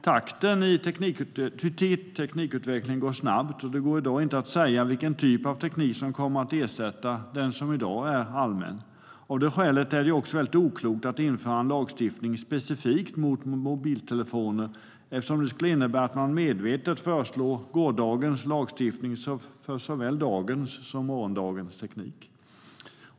Takten i teknikutvecklingen är snabb, och det går i dag inte att säga vilken typ av teknik som kommer att ersätta den nuvarande. Av det skälet är det oklokt att införa en lagstiftning specifikt mot mobiltelefoner eftersom detta skulle innebära att man medvetet föreslår gårdagens lagstiftning för såväl dagens som morgondagens teknik.